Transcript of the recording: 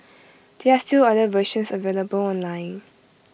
there are still other versions available online